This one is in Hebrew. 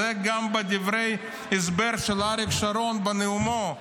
זה גם בדברי ההסבר של אריק שרון בנאומו,